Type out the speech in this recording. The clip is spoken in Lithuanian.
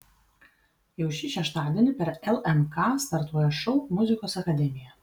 jau šį šeštadienį per lnk startuoja šou muzikos akademija